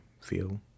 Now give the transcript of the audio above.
feel